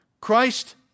Christ